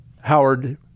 Howard